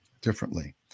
differently